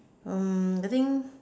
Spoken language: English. um I think